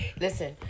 Listen